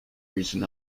reason